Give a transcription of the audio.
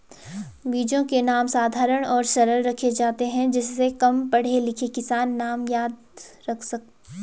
बीजों के नाम साधारण और सरल रखे जाते हैं जिससे कम पढ़े लिखे किसान नाम याद रख सके